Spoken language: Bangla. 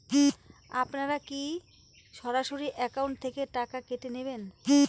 আপনারা কী সরাসরি একাউন্ট থেকে টাকা কেটে নেবেন?